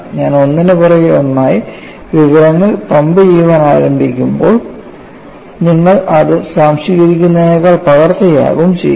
ഞാൻ ഒന്നിനുപുറകെ ഒന്നായി വിവരങ്ങൾ പമ്പ് ചെയ്യാൻ ആരംഭിക്കുകയാണെങ്കിൽ നിങ്ങൾ അത് സ്വാംശീകരിക്കുന്നതിനേക്കാൾ പകർത്തുക ആവും ചെയ്യുക